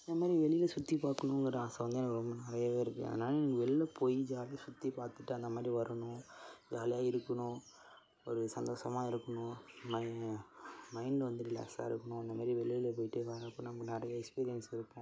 இந்தமாதிரி வெளியில் சுற்றிப் பார்க்கணுங்கற ஆசை வந்து எனக்கு ரொம்ப நிறையவே இருக்குது அதனாலே வெளியில் போய் ஜாலியாக சுற்றிப் பார்த்துட்டு அந்தமாதிரி வரணும் ஜாலியாக இருக்கணும் ஒரு சந்தோஷமா இருக்கணும் மை மைண்ட் வந்து ரிலாக்ஸாக இருக்கணும் அந்தமாதிரி வெளியில் போயிட்டு வரப்போ நமக்கு நிறைய எக்ஸ்பீரியன்ஸ் இருக்கும்